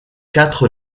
quatre